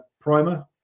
primer